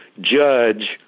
judge